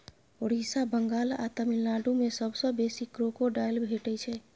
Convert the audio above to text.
ओड़िसा, बंगाल आ तमिलनाडु मे सबसँ बेसी क्रोकोडायल भेटै छै